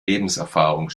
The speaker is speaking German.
lebenserfahrung